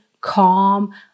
calm